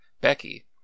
Becky